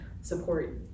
support